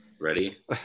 Ready